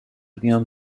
بیام